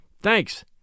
Thanks